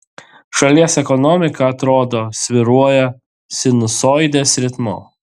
šalies ekonomika atrodo svyruoja sinusoidės ritmu